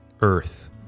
earth